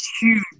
huge